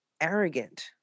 arrogant